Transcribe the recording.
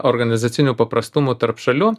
organizacinių paprastumų tarp šalių